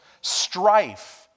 Strife